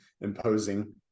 imposing